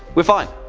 we're fine.